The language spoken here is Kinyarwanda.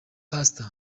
pastor